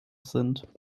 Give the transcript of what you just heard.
sind